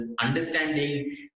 understanding